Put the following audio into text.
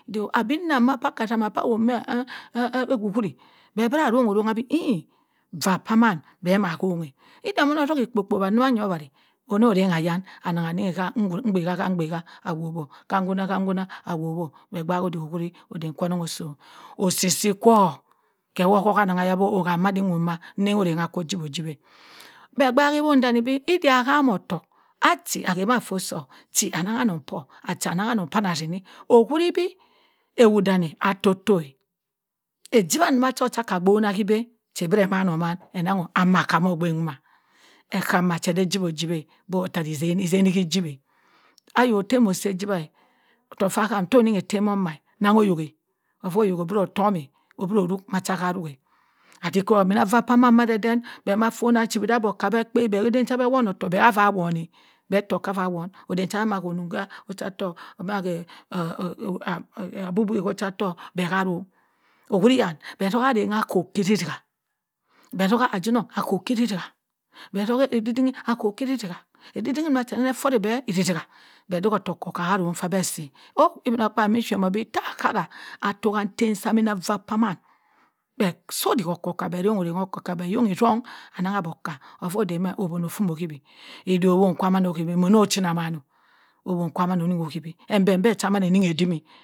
Abina aka atima pah awon meh ku ukuri beh bura arong orongha en eva pan man beh mah honghe eya maan otoghe ekpo kpowa oweri ono rengha yan anang anengha mbekah mbekah boh boh hanhuna hanhuna awowo meh gbaak udik uwuri ekwanen hoh osom osi si kwo keh wo ohaha anang beh adi woma nengho oreng akwu ujip oh ujip eh beh gbaak efon deneh idia ham otokk ati ahewa ifort soh ti anang anang poh ati anang anang poh ma asi owunbi ewo deneh atotoh ejiwah ndo ma kah gbona keh eben che bere eman oman maka mogben nwa ekam ma chi neh eji wojip eh buh kuh meh esi ejiwa otofah ham noh keh efem ema nangho oyok adikop amina ava aman ma deden beh mafona che oboka ma kpewi beh eden cha beh ma awon ofok fah awon-eh. Beh ha arong owuriyan beh togha okop ketiha beh toha ajonen akop titah edidiho mache nufa owure beh idigha beh udo oko ka heron fah beh ma aso obin o kpabi mo shimoh obo akara atok kham amina ava pa man beh usio udik okako beh yoho etom cho won kwam ohewi na man oh owon kwa muna nihi edime mbembe kwa abuna nihi edimi